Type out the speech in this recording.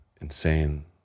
insane